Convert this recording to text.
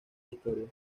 historia